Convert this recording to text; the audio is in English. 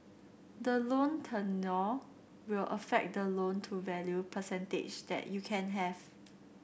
the loan tenure will affect the loan to value percentage that you can have